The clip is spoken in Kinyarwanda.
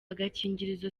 agakingirizo